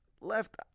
left